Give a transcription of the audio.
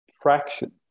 fraction